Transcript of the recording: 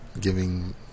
giving